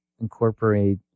incorporate